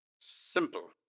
Simple